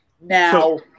Now